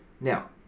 Now